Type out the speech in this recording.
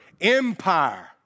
empire